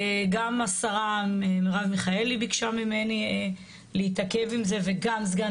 גם השרה מירב מיכאלי ביקשה ממני להתעכב עם זה וגם סגן